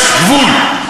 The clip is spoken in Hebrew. יש גבול.